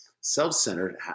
Self-centered